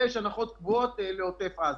ויש הנחות קבועות לעוטף עזה.